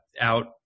out